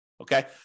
Okay